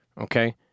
okay